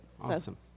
Awesome